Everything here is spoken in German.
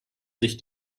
sich